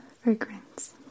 fragrance